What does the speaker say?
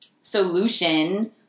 solution –